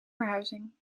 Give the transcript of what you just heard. verhuizing